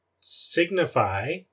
signify